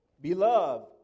Beloved